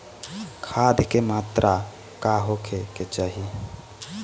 खाध के मात्रा का होखे के चाही?